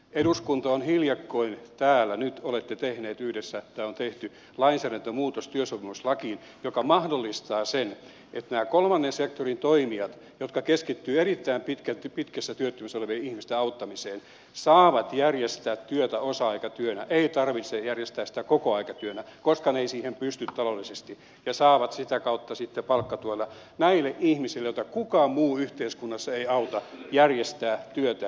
eduskunta on hiljakkoin tehnyt täällä nyt olette tehneet yhdessä tämä on tehty lainsäädäntömuutoksen työsopimuslakiin joka mahdollistaa sen että nämä kolmannen sektorin toimijat jotka keskittyvät erittäin pitkälti pitkässä työttömyydessä olevien ihmisten auttamiseen saavat järjestää työtä osa aikatyönä ei tarvitse järjestää sitä kokoaikatyönä koska ne eivät siihen pysty talou dellisesti ja saavat sitä kautta sitten palkkatuella näille ihmisille joita kukaan muu yhteiskunnassa ei auta järjestää työtä